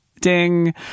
ding